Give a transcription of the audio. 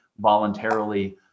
voluntarily